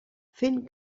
fent